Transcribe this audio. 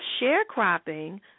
sharecropping